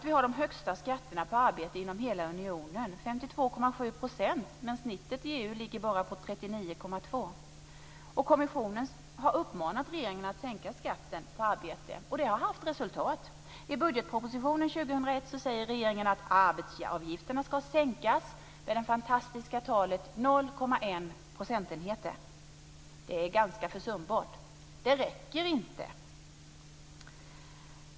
Vi har de högsta skatterna på arbete i hela unionen, 52,7 %. Snittet i EU ligger bara på 39,2 %. Kommissionen har uppmanat regeringen att sänka skatten på arbete. Det har fått resultat. I budgetpropositionen 2001 säger regeringen att arbetsgivaravgifterna ska sänkas med det fantastiska talet 0,1 procentenhet. Det är försumbart. Det räcker inte.